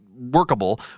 Workable